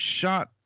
shot